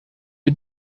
für